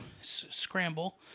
scramble